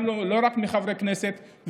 לא רק מחברי כנסת,